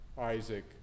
Isaac